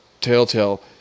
telltale